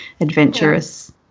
adventurous